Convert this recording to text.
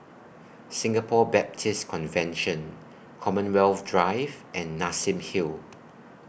Singapore Baptist Convention Commonwealth Drive and Nassim Hill